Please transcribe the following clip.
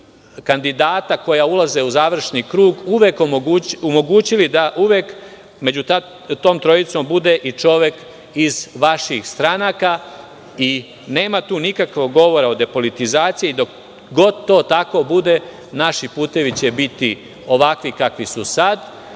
kandidata, koja ulaze u završni krug, uvek omogućili da među tom trojicom bude i čovek iz vaših stranaka i nema tu nikakvog govora o depolitizaciji. Dok god to tako bude naši putevi će biti ovakvi kakvi su sada,